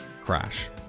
crash